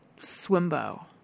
swimbo